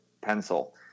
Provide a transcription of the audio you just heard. pencil